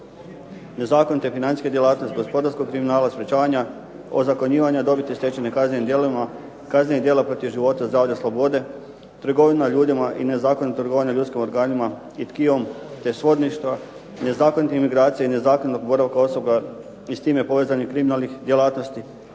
Nezakonite financijske djelatnosti, gospodarskog kriminala, ozakonjivanja dobiti stečene kaznenim djelovanjima kaznenih djela protiv života, zdravlja, slobode, trgovina ljudima i nezakonito trgovanje ljudskim organima i tkivom, te svodništva, nezakonitim migracijama i nezakonitim boravka osoba i s time povezanih kriminalnih djelatnosti,